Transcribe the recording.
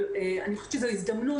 אבל זו הזדמנות,